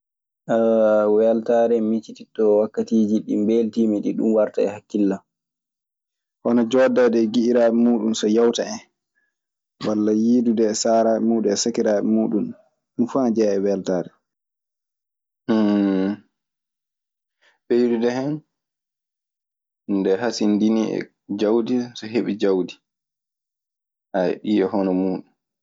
Hala weltare, mi miccitinto wakkatiiji ɗi mbeltiimi ɗi, dun warta e hakkillam. Ɓeydude hen nde hasindinii e jawdi so heɓi jawdi. Ɗii e hono muuɗun.